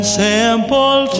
simple